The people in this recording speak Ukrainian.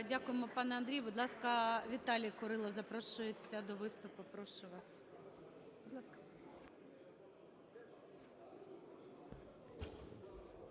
Дякуємо, пане Андрію. Будь ласка, Віталій Курило запрошується до виступу. Прошу вас.